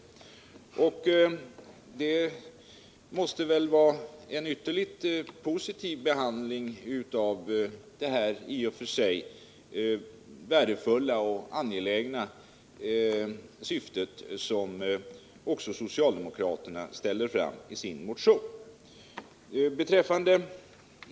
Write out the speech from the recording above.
Det måste väl vara en ytterligt positiv behandling av det i och för sig värdefulla angelägna syfte som också socialdemokraterna ställer fram i sin motion.